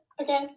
okay